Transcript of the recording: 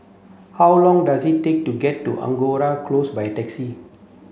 how long does it take to get to Angora Close by taxi